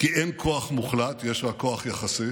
כי אין כוח מוחלט, יש רק כוח יחסי,